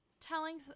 telling